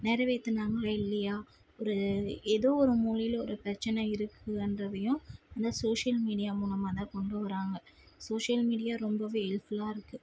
நிறைவேத்துனாங்களா இல்லையா ஒரு ஏதோ ஒரு மூலையில் ஒரு பிரச்சின இருக்குது என்பவையும் இந்த சோஷியல் மீடியா மூலமாகதான் கொண்டு வராங்க சோஷியல் மீடியா ரொம்பவே ஹெல்ப்ஃபுல்லாக இருக்குது